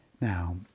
Now